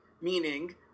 Meaning